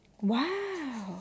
Wow